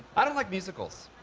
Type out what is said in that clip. i don't like musicals.